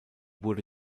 wurde